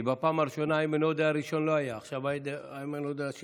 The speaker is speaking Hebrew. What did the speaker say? בפעם הראשונה איימן עודה הראשון לא היה.